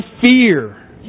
fear